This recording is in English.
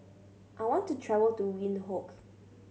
I want to travel to Windhoek